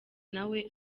nawe